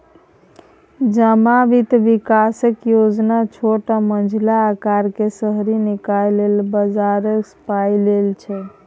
जमा बित्त बिकासक योजना छोट आ मँझिला अकारक शहरी निकाय लेल बजारसँ पाइ लेल छै